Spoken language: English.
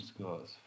scores